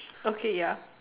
okay ya